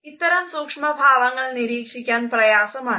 ഇത്തരം സൂക്ഷ്മഭാവങ്ങൾ നിരീക്ഷിക്കാൻ പ്രയാസമാണ്